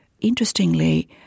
interestingly